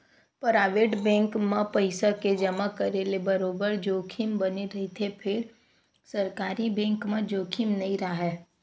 private bank म पइसा के जमा करे ले बरोबर जोखिम बने रहिथे फेर सरकारी बेंक म जोखिम नइ राहय